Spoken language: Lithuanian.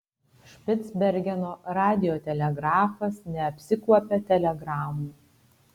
špicbergeno radiotelegrafas neapsikuopia telegramų